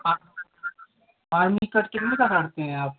आ army cut कितने का काटते हैं आप